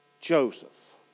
Joseph